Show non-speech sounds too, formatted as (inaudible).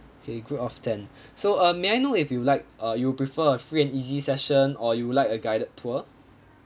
okay group of ten (breath) so uh may I know if you like uh you'll prefer a free and easy session or you would like a guided tour